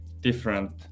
different